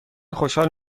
خوشحال